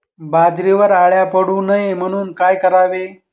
बाजरीवर अळ्या पडू नये म्हणून काय करावे?